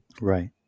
Right